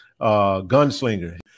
Gunslinger